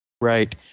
right